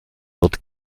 wird